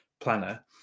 planner